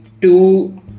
two